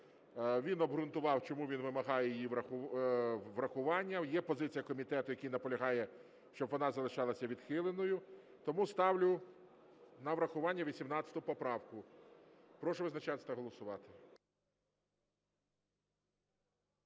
він обґрунтував, чому він вимагає її врахування. Є позиція комітету, який наполягає, щоб вона залишалася відхиленою. Тому ставлю на врахування 18 поправку. Прошу визначатися та голосувати.